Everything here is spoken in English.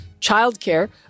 childcare